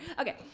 Okay